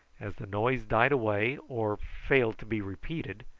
as the noise died away or failed to be repeated,